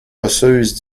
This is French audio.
osseuses